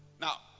Now